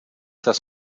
das